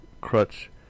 Crutch